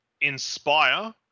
inspire